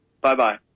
Bye-bye